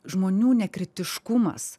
žmonių nekritiškumas